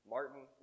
Martin